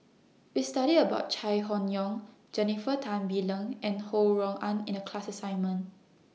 We studied about Chai Hon Yoong Jennifer Tan Bee Leng and Ho Rui An in A class assignment